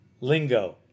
lingo